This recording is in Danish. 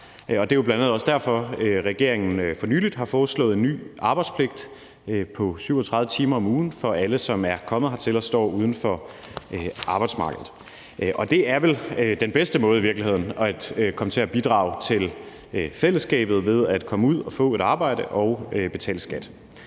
også derfor, at regeringen for nylig har foreslået en ny arbejdspligt på 37 timer om ugen for alle, som er kommet hertil og står uden for arbejdsmarkedet. Og det er vel i virkeligheden den bedste måde at komme til at bidrage til fællesskabet på, altså ved at komme ud og få et arbejde og betale skat.